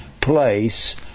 place